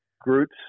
groups